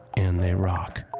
and they rock.